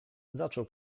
zaczął